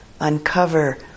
uncover